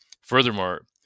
Furthermore